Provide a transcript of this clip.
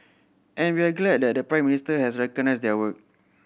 and we're glad that the Prime Minister has recognised their work